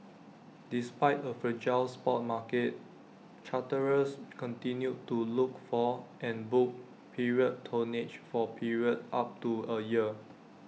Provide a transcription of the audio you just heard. despite A fragile spot market charterers continued to look for and book period tonnage for periods up to A year